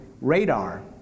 radar